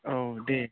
औ दे